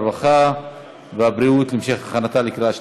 הרווחה והבריאות נתקבלה.